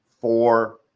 four